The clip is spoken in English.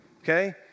okay